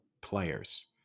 players